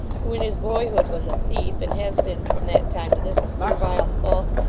who in his boyhood was a thief, and has been from that time to this, a servile, false,